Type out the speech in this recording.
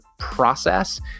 process